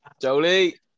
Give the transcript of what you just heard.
Jolie